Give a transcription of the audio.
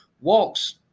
walks